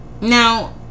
Now